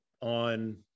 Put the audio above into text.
on